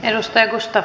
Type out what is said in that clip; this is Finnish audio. arvoisa puhemies